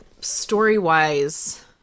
Story-wise